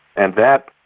and that,